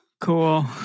Cool